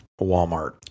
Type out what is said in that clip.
Walmart